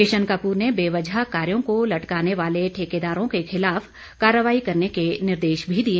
किशन कपूर ने बेवजह कार्यों को लटकाने वाले ठेकेदारों के खिलाफ कार्यवाही करने के निर्देश भी दिए